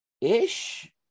ish